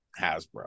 Hasbro